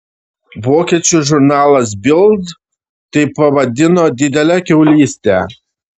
vokiečių žurnalas bild tai pavadino didele kiaulyste